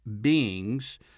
beings